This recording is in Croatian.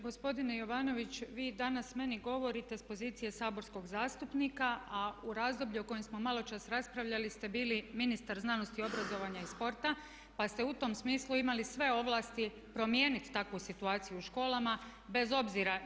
Gospodine Jovanović, vi danas meni govorite s pozicije saborskog zastupnika, a u razdoblju u kojem smo malo čas raspravljali ste bili Ministar znanosti, obrazovanja i sporta pa ste u tom smislu imali sve ovlasti promijeniti takvu situaciju u školama bez obzira.